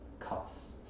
Cuts